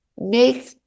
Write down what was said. make